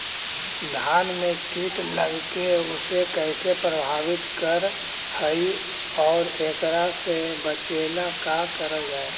धान में कीट लगके उसे कैसे प्रभावित कर हई और एकरा से बचेला का करल जाए?